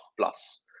plus